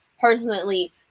personally